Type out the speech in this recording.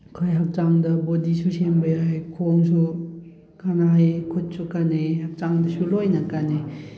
ꯑꯩꯈꯣꯏ ꯍꯛꯆꯥꯡꯗ ꯕꯣꯗꯤꯁꯨ ꯁꯦꯝꯕ ꯌꯥꯏ ꯈꯣꯡꯁꯨ ꯀꯥꯟꯅꯩ ꯈꯨꯠꯁꯨ ꯀꯥꯟꯅꯩ ꯍꯛꯆꯥꯡꯗꯁꯨ ꯂꯣꯏꯅ ꯀꯥꯟꯅꯩ